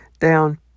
down